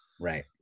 Right